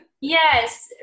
Yes